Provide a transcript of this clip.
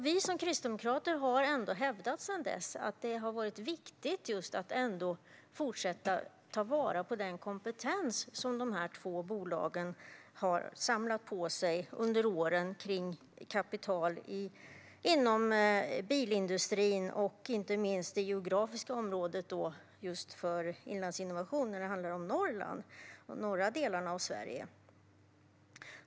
Vi kristdemokrater har sedan dess hävdat att det har varit viktigt att fortsätta ta vara på den kompetens som dessa två bolag har samlat på sig under åren kring kapital inom bilindustrin och inte minst, för Inlandsinnovation, i det geografiska området när det handlar om de norra delarna av Sverige.